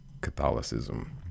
Catholicism